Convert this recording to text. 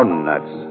nuts